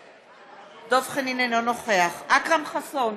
אינו נוכח אכרם חסון,